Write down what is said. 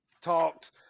talked